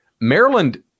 Maryland